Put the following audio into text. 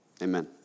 Amen